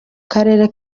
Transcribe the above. karere